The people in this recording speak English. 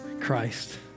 Christ